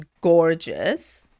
gorgeous